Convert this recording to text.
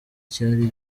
cyari